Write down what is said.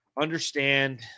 understand